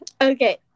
Okay